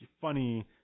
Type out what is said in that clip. funny